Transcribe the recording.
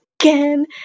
again